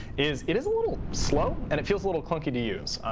is it is a little slow and it feels a little clunky to use.